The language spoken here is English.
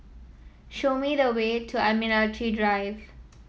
show me the way to Admiralty Drive